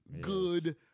good